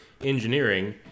engineering